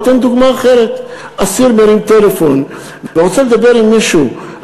או אתן דוגמה אחרת: אסיר מרים טלפון ורוצה לדבר עם מישהו,